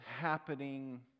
happening